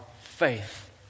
faith